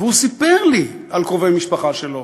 והוא סיפר לי על קרובי משפחה שלו